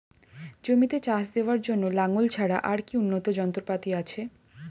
জমিতে চাষ দেওয়ার জন্য লাঙ্গল ছাড়া আর কি উন্নত যন্ত্রপাতি আছে?